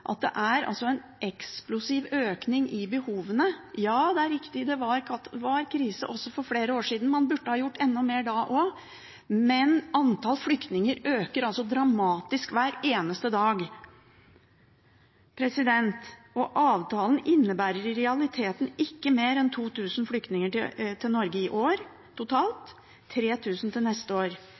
at det er en eksplosiv økning i behovene. Ja, det er riktig at det var krise også for flere år siden, man burde gjort enda mer da også, men antall flyktninger øker dramatisk hver eneste dag, og avtalen innebærer i realiteten ikke mer enn 2 000 flyktninger totalt til Norge i år og 3 000 til neste år.